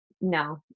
no